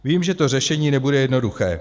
Vím, že to řešení nebude jednoduché.